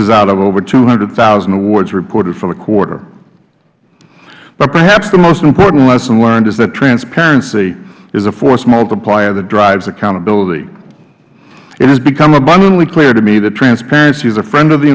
is out of over two hundred thousand awards reported for the quarter but perhaps the most important lesson learned is that transparency is a force multiplier that drives accountability it has become abundantly clear to me that transparency is a friend of the